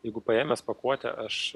jeigu paėmęs pakuotę aš